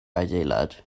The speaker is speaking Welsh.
adeilad